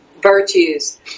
Virtues